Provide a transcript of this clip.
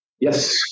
yes